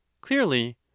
clearly